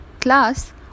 class